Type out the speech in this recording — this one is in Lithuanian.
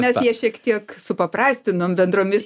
ne jie tie šiek tiek supaprastinom bendromis